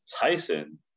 Tyson